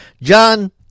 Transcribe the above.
John